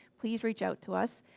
please reach out to us.